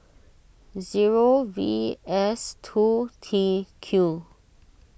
zero V S two T Q